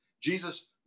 Jesus